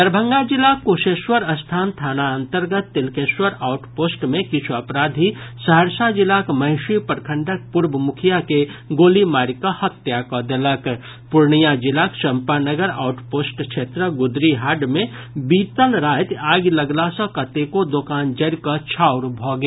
दरभंगा जिलाक कुशेश्वरस्थान थाना अंतर्गत तिलकेश्वर आउट पोस्ट मे किछु अपराधी सहरसा जिलाक महिषी प्रखंडक पूर्व मुखिया के गोली मारि कऽ हत्या कऽ देलक पूर्णिया जिलाक चंपानगर आउट पोस्ट क्षेत्रक गुदरी हाट मे बीतल राति आगि लगला सॅ कतेको दोकान जरि कऽ छाउर भऽ गेल